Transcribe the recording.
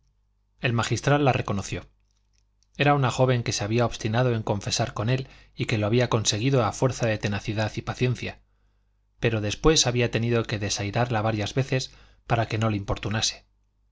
el magistral la reconoció era una joven que se había obstinado en confesar con él y que lo había conseguido a fuerza de tenacidad y paciencia pero después había tenido que desairarla varias veces para que no le